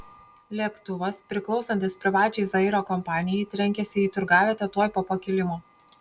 lėktuvas priklausantis privačiai zairo kompanijai trenkėsi į turgavietę tuoj po pakilimo